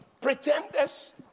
pretenders